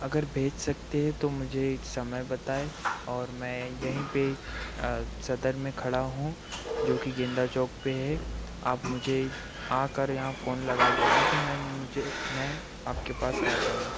अगर भेज सकते हैं तो मुझे समय बताए और मैं यहीं पर सदर में खड़ा हूँ जो कि गेंदा चौक पर है आप मुझे आकर यहाँ फोन लगा देना तो मैं मुझे मैं आपके पास आ जाऊँगा